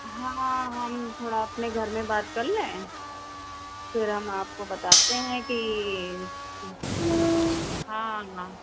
हाँ हम थोड़ा अपने घर में बात कर लें फिर हम आपको बताते हैं कि हाँ हाँ